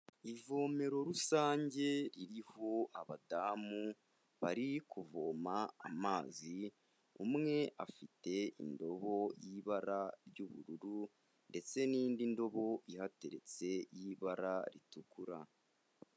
Ivomero rusange ririho abadamu bari kuvoma amazi, umwe afite indobo y'ibara ry'ubururu ndetse n'indi ndobo ihateretse y'ibara ritukura.